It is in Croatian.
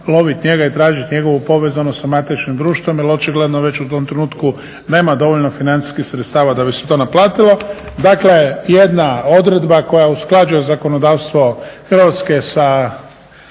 loviti njega i tražiti njegovu povezanost sa matičnim društvom jer očigledno već u tom trenutku nema dovoljno financijskih sredstava da bi se to naplatilo. Dakle jedna odredba koja usklađuje zakonodavstvo Hrvatske sa pravnom